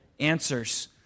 Answers